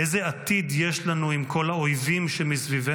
איזה עתיד יש לנו עם כל האויבים שמסביבנו